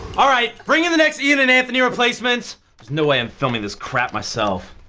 all right, bring in the next ian and anthony replacements. there's no way i'm filming this crap myself.